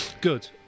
Good